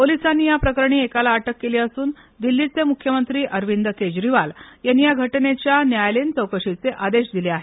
पोलिसांनी या प्रकरणी एकाला अटक केली असून दिल्लीचे मुख्यमंत्री अरविंद केजरीवाल यांनी या घटनेच्या न्यायालयीन चौकशीचे आदेश दिले आहेत